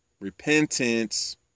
repentance